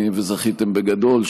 וזכיתם בגדול.